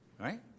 right